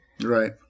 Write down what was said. Right